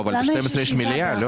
אבל ב-12:00 יש מליאה.